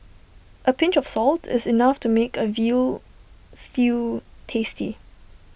A pinch of salt is enough to make A Veal Stew tasty